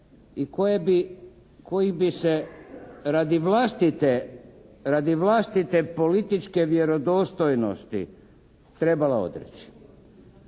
i koji bi se radi vlastite političke vjerodostojnosti trebala odreći.